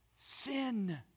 sin